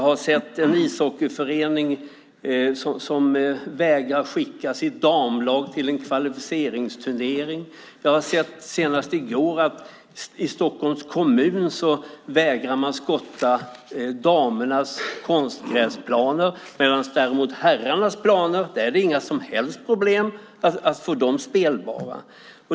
Det är en ishockeyförening som vägrar skicka sitt damlag till en kvalificeringsturnering. Senast i går fick jag veta att man i Stockholms kommun vägrar att skotta damernas konstgräsplaner, medan herrarnas planer är det inga som helst problem med att få spelbara.